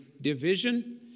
division